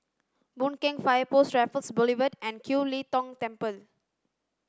Boon Keng Fire Post Raffles Boulevard and Kiew Lee Tong Temple